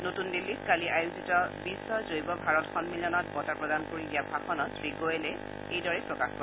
নতূন দিল্লীত কালি আয়োজিত বিশ্ব জৈৱ ভাৰত সন্মিলনত বঁটা প্ৰদান কৰি দিয়া ভাষণত শ্ৰী গোৱেলে এইদৰে প্ৰকাশ কৰে